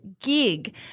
gig